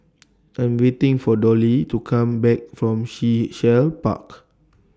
I Am waiting For Dollye to Come Back from Sea Shell Park